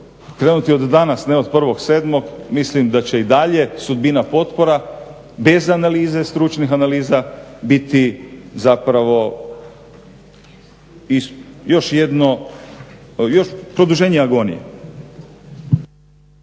krenuti od danas, ne od 1.7. mislim da će i dalje sudbina potpora bez analize stručnih analiza biti zapravo i još jedno, produženje agonije.